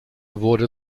wurde